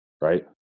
right